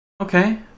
Okay